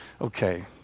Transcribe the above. Okay